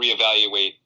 reevaluate